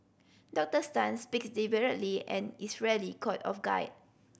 Doctors Tan speak deliberately and is rarely caught off guard